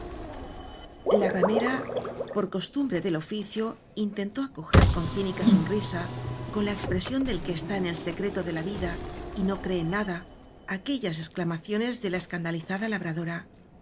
la ramera por costumbre del oficio intentó acoger con cínica sonrisa con la expresión del que está en el secreto de la vida y no cree en nada aquellas exclamaciones de la escan dalizada labradora